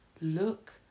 look